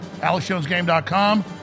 AlexJonesGame.com